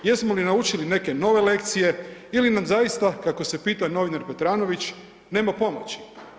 Jesmo li naučili neke nove lekcije ili nam zaista, kako se pita novinar Petranović, nema pomaći?